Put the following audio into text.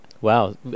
Wow